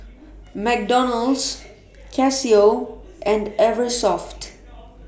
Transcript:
McDonald's Casio and Eversoft